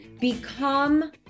become